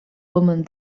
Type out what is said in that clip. woman